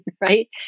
right